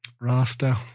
Rasta